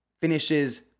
finishes